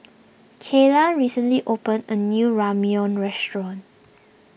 Kayla recently opened a new Ramyeon restaurant